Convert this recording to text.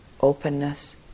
openness